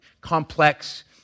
complex